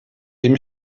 dem